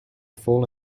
full